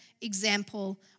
example